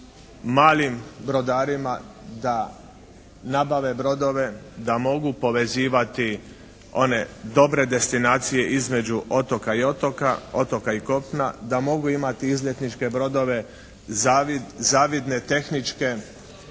malim brodarima da nabave brodove da mogu povezivati one dobre destinacije između otoka i otoka, otoka i kopna, da mogu imati izletničke brodove zavidne tehničke